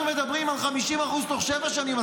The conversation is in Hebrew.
אנחנו מדברים על 50% תוך שבע שנים.